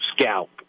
Scalp